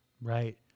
Right